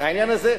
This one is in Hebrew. העניין הזה,